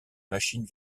machines